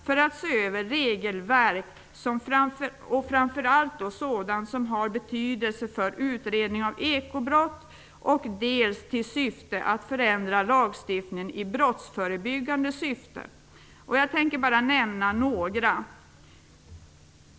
Man skall se över regelverk och framför allt sådant som har betydelse för utredning av ekobrott i avsikt att förändra lagstiftningen i brottsförebyggande syfte. Jag tänker här bara nämna några förändringar.